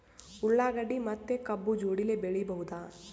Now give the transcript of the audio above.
ಉಳ್ಳಾಗಡ್ಡಿ ಮತ್ತೆ ಕಬ್ಬು ಜೋಡಿಲೆ ಬೆಳಿ ಬಹುದಾ?